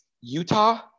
Utah